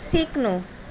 सिक्नु